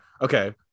Okay